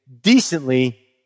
decently